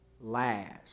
last